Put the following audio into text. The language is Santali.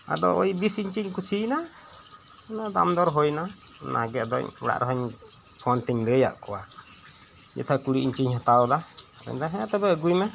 ᱟᱫᱚ ᱳᱭ ᱵᱤᱥ ᱤᱧᱪᱤᱧ ᱠᱩᱥᱤᱭᱮᱱᱟ ᱫᱟᱢᱫᱚᱨ ᱦᱩᱭᱮᱱᱟ ᱚᱱᱟᱜᱤ ᱟᱫᱚᱧ ᱚᱲᱟᱜ ᱨᱮᱦᱚᱧ ᱯᱷᱚᱱ ᱛᱮᱧ ᱞᱟᱹᱭᱟᱫ ᱠᱚᱣᱟ ᱡᱮᱛᱷᱟ ᱠᱩᱲᱤ ᱤᱧᱪᱤᱧ ᱦᱟᱛᱟᱣᱮᱫᱟ ᱟᱫᱚᱭ ᱢᱮᱱᱫᱟ ᱦᱮᱸ ᱛᱚᱵᱮ ᱟᱹᱜᱩᱭᱢᱮ